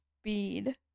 speed